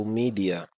media